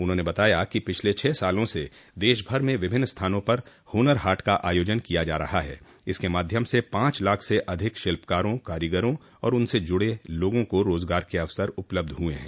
उन्होंने बताया कि पिछले छह सालों से देश भर में विभिन्न स्थानों पर हनर हॉट का आयोजन किया जा रहा है इसके माध्यम से पांच लाख से अधिक शिल्पकारों कारीगरों और उनसे जुड़े लोगों को रोजगार के अवसर उपलब्ध हुए है